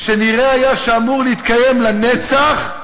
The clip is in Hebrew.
שנראה היה שאמור להתקיים לנצח,